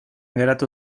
geratu